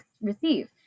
receive